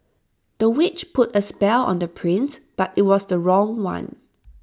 the witch put A spell on the prince but IT was the wrong one